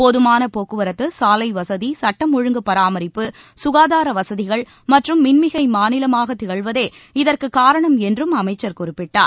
போதமான போக்குவரத்து சாலை வசதி சட்டம் ஒழுங்கு பராமரிப்பு சுகாதார வசதிகள் மற்றும் மின்மிகை மாநிலமாக திகழ்வதே இதற்குக் காரணம் என்றும் அமைச்சர் குறிப்பிட்டார்